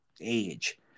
age